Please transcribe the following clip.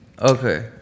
Okay